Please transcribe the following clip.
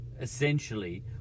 essentially